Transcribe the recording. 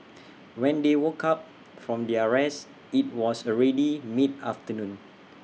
when they woke up from their rest IT was already mid afternoon